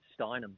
Steinem